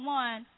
one